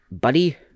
Buddy